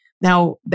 Now